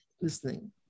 listening